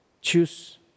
Choose